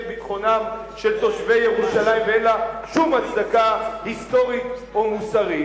את ביטחונם של תושבי ירושלים ואין לה שום הצדקה היסטורית או מוסרית,